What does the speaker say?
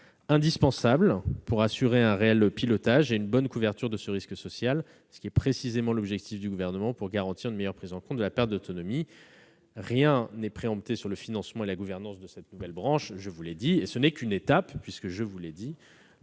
indispensable pour assurer un réel pilotage et une bonne couverture de ce risque social, ce qui est précisément l'objectif du Gouvernement pour garantir une meilleure prise en compte de la perte d'autonomie. Rien n'est préempté quant au financement et à la gouvernance de cette nouvelle branche. La concertation sur le pilotage et la